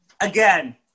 again